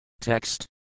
Text